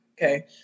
Okay